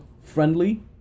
friendly